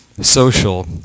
social